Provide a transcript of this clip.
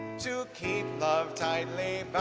to keep love tightly